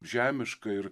žemiška ir